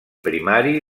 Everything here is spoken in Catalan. primari